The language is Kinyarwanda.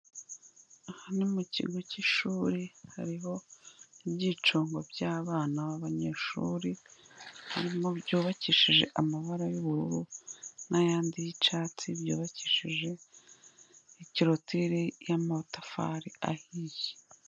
Aha ni mu kigo cy'ishuri hariho ibyicungo by'abana b'abanyeshuri, harimo ibyubakishije amabara y'ubururu n'ayandi y'icyatsi byubakishije ikorotiri y'amatafari ahiye.